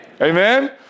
Amen